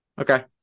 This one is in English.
Okay